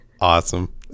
Awesome